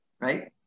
right